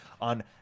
on